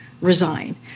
resign